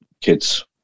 kids